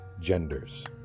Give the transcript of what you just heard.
genders